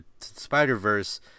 Spider-Verse